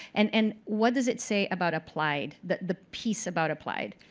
and and what does it say about applied, the the piece about applied?